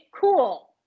cool